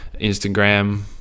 Instagram